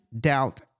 doubt